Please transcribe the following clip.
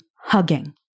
hugging